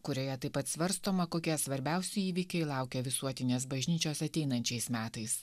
kurioje taip pat svarstoma kokie svarbiausi įvykiai laukia visuotinės bažnyčios ateinančiais metais